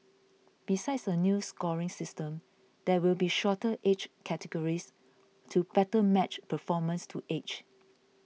besides a new scoring system there will be shorter age categories to better match performance to age